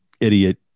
idiot